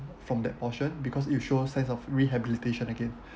from that portion because it shows signs of rehabilitation again